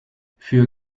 für